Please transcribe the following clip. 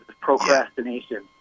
procrastination